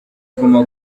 guma